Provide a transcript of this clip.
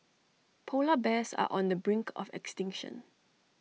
Polar Bears are on the brink of extinction